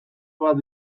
bat